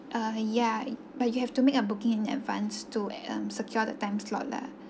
uh yeah but you have to make a booking in advance to um secure the time slot lah